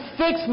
fix